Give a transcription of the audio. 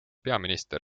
peaminister